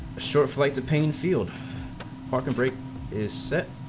short flight to paine field or rate is set